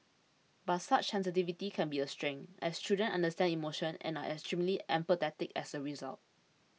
but such sensitivity can be a strength as children understand emotion and are extremely empathetic as a result